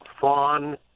Fawn